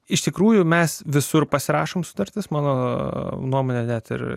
iš tikrųjų mes visur pasirašome sutartis mano nuomone net ir